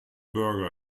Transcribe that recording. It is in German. burger